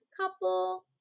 couple